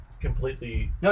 completely